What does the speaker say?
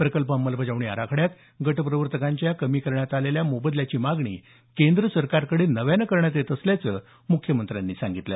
प्रकल्प अंमलबजावणी आराखड्यात गटप्रवर्तकांच्या कमी करण्यात आलेल्या मोबदल्याची मागणी केंद्र सरकारकडे नव्यानं करण्यात येत असल्याचंही मुख्यमंत्र्यांनी सांगितलं